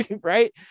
right